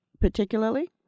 particularly